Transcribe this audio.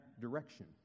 direction